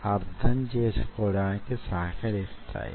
మనం దాన్ని యే విధంగా సాధించగలం